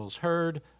heard